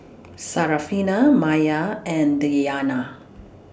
Syarafina Maya and Diyana